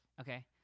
Okay